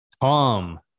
Tom